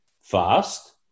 fast